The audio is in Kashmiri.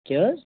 کیٛاہ حظ